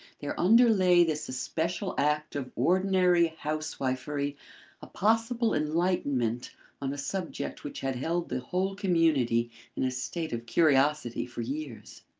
there underlay this especial act of ordinary housewifery a possible enlightenment on a subject which had held the whole community in a state of curiosity for years.